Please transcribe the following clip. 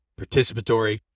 participatory